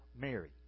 Mary